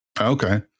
Okay